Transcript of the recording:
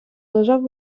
лежав